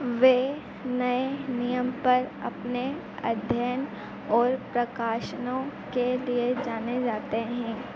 वे नए नियम पर अपने अध्ययन और प्रकाशनों के लिए जाने जाते हैं